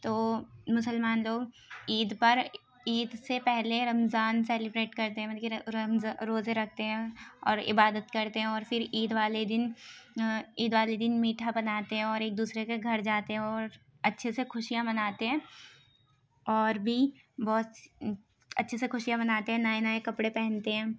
تو مسلمان لوگ عید پر عید سے پہلے رمضان سیلیبریٹ کرتے ہیں مانے کہ رمض روضے رکھتے ہیں اور عبادت کرتے ہیں اور فر عید والے دن عید والے دن میٹھا بناتے ہیں اور ایک دوسرے کے گھر جاتے ہیں اور اچھے سے خوشیاں مناتے ہیں اور بھی بہت اچھے سے خوشیاں مناتے ہیں نئے نئے کپڑے پہنتے ہیں